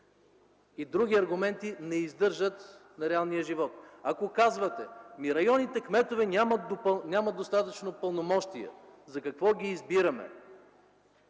и другите аргументи не издържат на реалния живот. Казвате, че районните кметове нямат достатъчно пълномощия и за какво ги избираме,